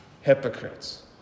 hypocrites